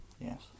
Yes